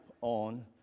on